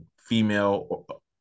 female